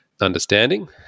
understanding